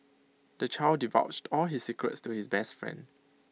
the child divulged all his secrets to his best friend